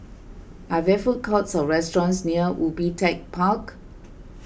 are there food courts or restaurants near Ubi Tech Park